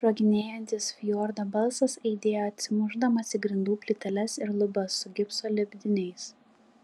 sproginėjantis fjordo balsas aidėjo atsimušdamas į grindų plyteles ir lubas su gipso lipdiniais